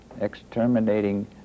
exterminating